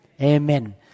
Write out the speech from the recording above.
Amen